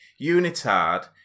unitard